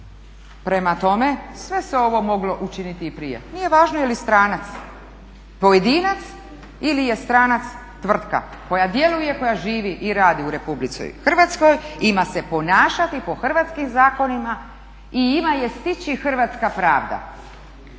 Prema tome, sve se ovo moglo učiniti i prije. Nije važno je li stranac pojedinac ili je stranac tvrtka koja djeluje i koja živi i radi u RH ima se ponašati po hrvatskim zakonima i ima je stići hrvatska pravda.